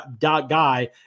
guy